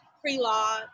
pre-law